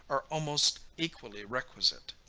are almost equally requisite.